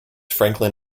franklin